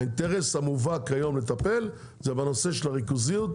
האינטרס המובהק היום לטיפול הוא בנושא הריכוזיות,